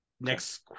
Next